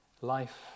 Life